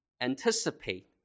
anticipate